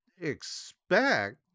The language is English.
expect